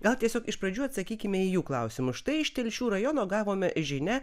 gal tiesiog iš pradžių atsakykime į jų klausimus štai iš telšių rajono gavome žinią